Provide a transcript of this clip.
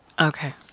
Okay